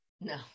No